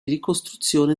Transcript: ricostruzione